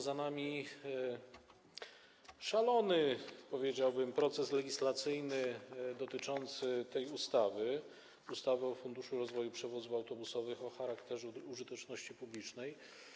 Za nami szalony, powiedziałbym, proces legislacyjny dotyczący projektu ustawy o Funduszu rozwoju przewozów autobusowych o charakterze użyteczności publicznej.